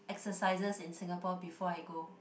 exercises in Singapore before I go